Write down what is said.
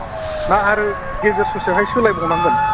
अ ना आरो गेजेर ससेयावहाय सोलायबावनांगोन